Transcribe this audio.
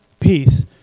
peace